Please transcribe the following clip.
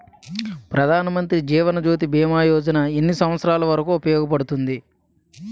ప్రధాన్ మంత్రి జీవన్ జ్యోతి భీమా యోజన ఎన్ని సంవత్సారాలు వరకు ఉపయోగపడుతుంది?